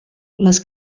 les